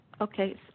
Okay